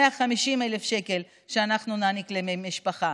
150,000 שקל שאנחנו נעניק למשפחה.